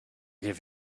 give